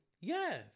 Yes